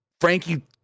Frankie